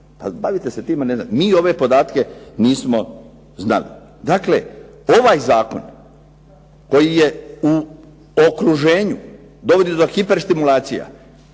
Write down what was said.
bavite se time, a ne znate. Mi ove podatke nismo znali. Dakle ovaj zakon koji je u okruženju, dovodi do hiperstimulacija,